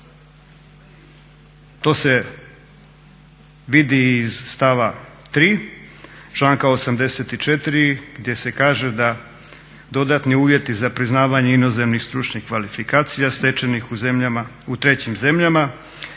To se vidi i iz stava 3. članka 84. gdje se kaže da dodatni uvjeti za priznavanje inozemnih stručnih kvalifikacija stečenih u zemljama,